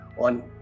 on